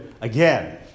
again